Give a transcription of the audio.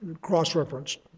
cross-referenced